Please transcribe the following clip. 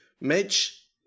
Mitch